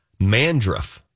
mandruff